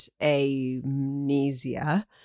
amnesia